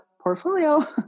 portfolio